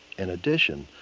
in addition,